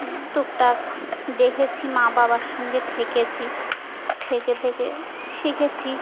টুকটাক দেখেছি মা বাবার সঙ্গে থেকেছি থেকে থেকে থেকে থেকে শিখেছি